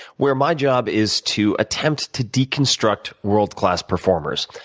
where my job is to attempt to deconstruct world-class performers.